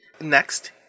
Next